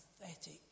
pathetic